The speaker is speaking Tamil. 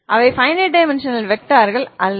அவை பைனைட் டைமென்ஷனல் வெக்டார்கள் அல்ல